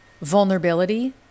vulnerability